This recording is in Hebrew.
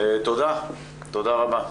תודה רבה לכם.